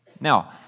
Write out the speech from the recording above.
Now